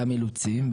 לכן יש גם אילוצים.